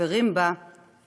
החברים בה ורבים